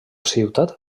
ciutat